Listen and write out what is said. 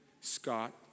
Scott